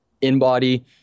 in-body